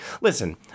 listen